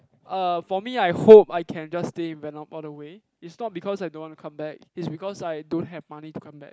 uh for me I hope I can just stay in Vietnam all the way is not because I don't want to come back is because I don't have money to come back